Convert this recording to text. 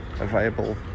available